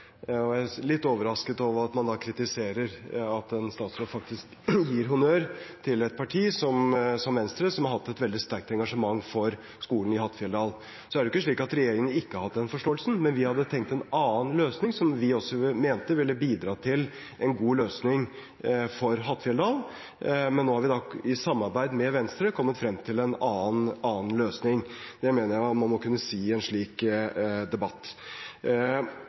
og jeg er litt overrasket over at man da kritiserer at en statsråd gir honnør til et parti – Venstre – som har hatt et veldig sterkt engasjement for skolen i Hattfjelldal. Det er ikke slik at regjeringen ikke har hatt den forståelsen, men vi hadde tenkt oss en annen løsning, som vi mente også ville bidra til en god løsning for Hattfjelldal. Men nå har vi, i samarbeid med Venstre, kommet frem til en annen løsning. Det mener jeg man må kunne si i en slik debatt.